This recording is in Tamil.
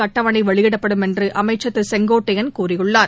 அட்டவணைவெளியிடப்படும் என்றுஅமைச்சர் திருசெங்கோட்டையன் கூறியுள்ளார்